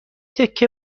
تکه